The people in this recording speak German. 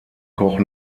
koch